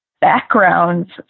backgrounds